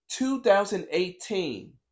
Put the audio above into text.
2018